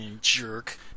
jerk